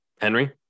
Henry